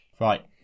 Right